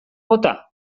bota